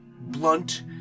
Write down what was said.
blunt